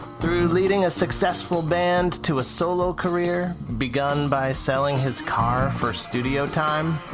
through leading ah successful band to a solo career, begun by selling his car for studio time.